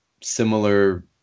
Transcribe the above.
similar